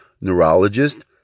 neurologist